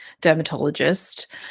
dermatologist